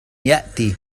يأتي